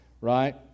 right